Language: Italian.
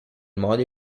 modo